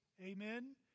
Amen